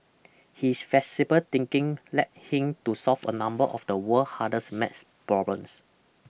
his flexible thinking led him to solve a number of the world hardest maths problems